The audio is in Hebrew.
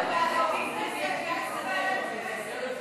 אני קובעת כי הצעת חוק העונשין (תיקון מס' 135)